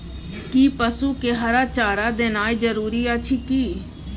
कि पसु के हरा चारा देनाय जरूरी अछि की?